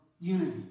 unity